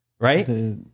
Right